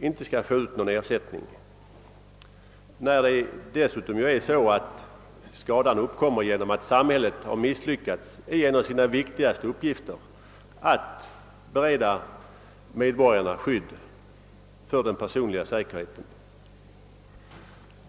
inte får ut någon ersättning, när skadan dessutom uppkommer genom att samhället har misslyckats i en av sina viktigaste uppgifter, nämligen att bereda medborgarna skydd för den personliga säkerheten.